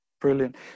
brilliant